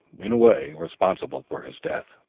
in a way, responsible for his death.